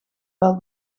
wel